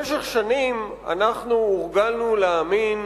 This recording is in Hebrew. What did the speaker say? במשך שנים הורגלנו להאמין